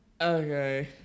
okay